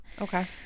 Okay